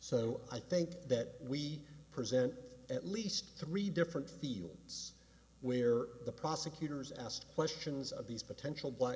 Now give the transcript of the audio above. so i think that we present at least three different fields where the prosecutors asked questions of these potential b